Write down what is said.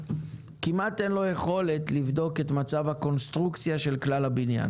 כמעט אין לו יכולת לבדוק את מצב הקונסטרוקציה של כלל הבניין.